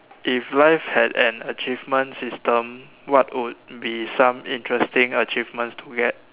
if life had an achievement system what would be some interesting achievements to get